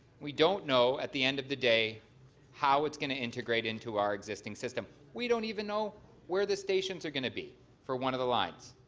we don't know at the end of the day how it's going to integrate into our existing system. we don't even know where the stations are going to be for one of the lines.